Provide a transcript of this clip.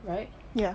right